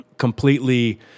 completely